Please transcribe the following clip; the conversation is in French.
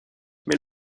mais